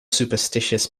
superstitious